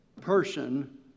person